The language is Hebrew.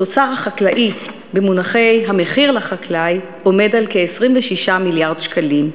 התוצר החקלאי במונחי "המחיר לחקלאי" עומד על כ-26 מיליארד שקלים,